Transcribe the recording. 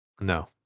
no